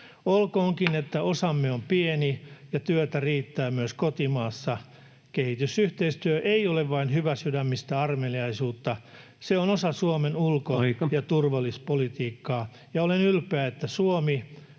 olkoonkin, että osamme on pieni ja työtä riittää myös kotimaassa. Kehitysyhteistyö ei ole vain hyväsydämistä armeliaisuutta, [Puhemies: Aika!] se on osa Suomen ulko- ja turvallisuuspolitiikkaa, ja olen ylpeä, että Suomi